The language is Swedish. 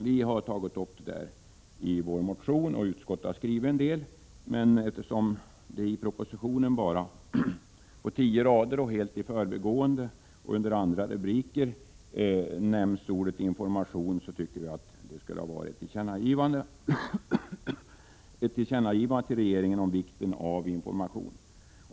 Vi har tagit upp detta i vår motion, och utskottet har skrivit en del härom i betänkandet, men eftersom man i propositionen bara på tio rader, helt i förbigående och under annan rubrik nämner ordet information, anser vi att det är påkallat med ett tillkännagivande till regeringen om vikten av information.